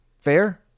Fair